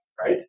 right